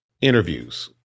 interviews